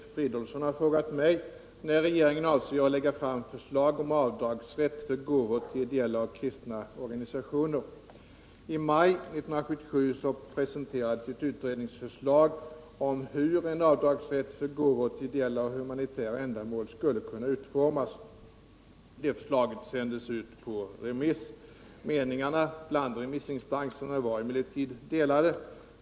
Herr talman! Filip Fridolfsson har frågat mig när regeringen avser att lägga fram förslag om avdragsrätt för gåvor till ideella och kristna organisationer. I maj 1977 presenterades ett utredningsförslag om hur en avdragsrätt för gåvor till ideella och humanitära ändamål skulle kunna utformas. Förslaget sändes ut på remiss. Meningarna bland remissinstanserna var emellertid delade.